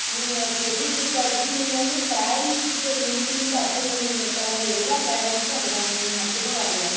நம்ம சொல்லி கொடுத்தாச்சி நீங்கள் வந்து பேரண்ட்ஸ் டீச்சர் மீட்டிங்கு அட்டன் பண்ணியிருந்துருக்கலாம்ல எல்லா பேரண்ட்ஸும் வந்தாங்க நீங்கள் மட்டும்தான் வர்லை